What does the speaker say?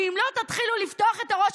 ואם לא תתחילו לפתוח את הראש,